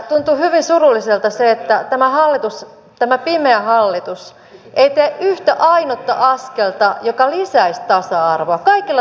tuntuu hyvin surulliselta se että tämä hallitus tämä pimeä hallitus ei tee yhtä ainutta askelta joka lisäisi tasa arvoa